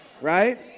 Right